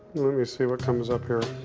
let me see what comes up here.